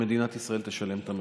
שמדינת ישראל תשלם את המחיר.